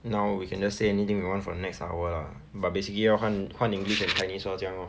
now we can just say anything we want for the next hour lah but basically 要换换 english and chinese lor 这样 lor